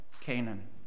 Canaan